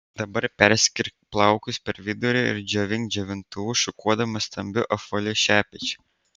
dabar perskirk plaukus per vidurį ir džiovink džiovintuvu šukuodama stambiu apvaliu šepečiu